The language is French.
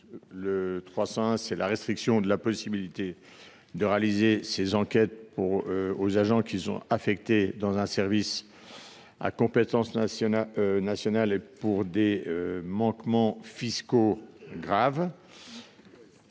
vise à restreindre la possibilité de réaliser ces enquêtes aux agents affectés dans un service à compétence nationale et pour des manquements fiscaux graves.